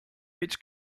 its